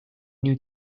new